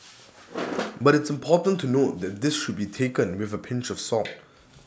but it's important to note that this should be taken with A pinch of salt